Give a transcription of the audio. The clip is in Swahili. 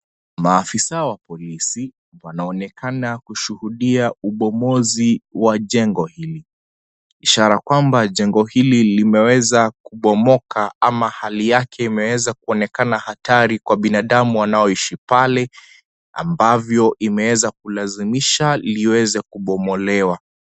Maafisa wa polisi, wanaonekana kushuhudia ubomozi wa jengo hili. Ishara kwamba jengo hili limeweza kubomoka ama hali yake imeweza kuonekana hatari kwa binadamu wanaoishi pale, ambavyo imeweza kulazimisha liweze kubomolewa.